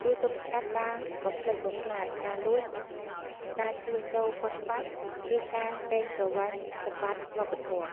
ជួយទប់ស្កាត់ការបំផ្លិចបំផ្លាញ ការលួច ការជួញដូរខុសច្បាប់ ឬការកេងប្រវ័ញ្ចសម្បត្តិវប្បធម៌។